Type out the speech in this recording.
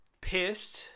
pissed